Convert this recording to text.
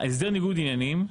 הסדר ניגוד עניינים,